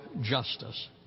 justice